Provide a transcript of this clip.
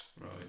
Right